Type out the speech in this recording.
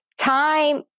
time